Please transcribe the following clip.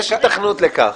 יש ייתכנות לכך.